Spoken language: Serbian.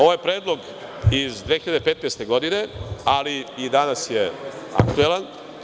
Ovaj predlog iz 2015. godine, ali i danas je aktuelan.